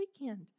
weekend